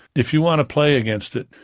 if you want to play against it,